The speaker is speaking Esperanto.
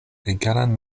egalan